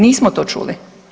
Nismo to čuli.